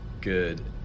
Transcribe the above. good